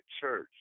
church